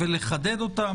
ולחדד אותם.